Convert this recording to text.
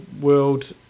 World